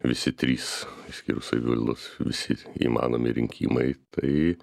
visi trys išskyrus savivaldos visi įmanomi rinkimai tai